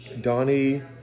Donnie